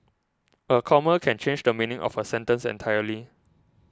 a comma can change the meaning of a sentence entirely